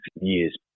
years